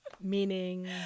Meaning